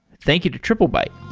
thank you to triplebyte